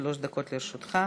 שלוש דקות לרשותך.